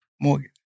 Mortgage